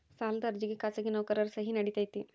ಸಾಲದ ಅರ್ಜಿಗೆ ಖಾಸಗಿ ನೌಕರರ ಸಹಿ ನಡಿತೈತಿ?